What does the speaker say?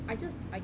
I just I